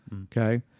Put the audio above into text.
okay